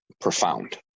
profound